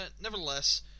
nevertheless